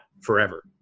forever